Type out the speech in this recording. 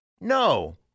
No